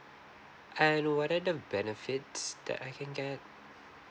I would like to know whether the benefits that I can get